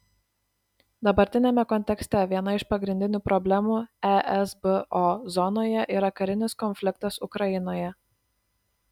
dabartiniame kontekste viena iš pagrindinių problemų esbo zonoje yra karinis konfliktas ukrainoje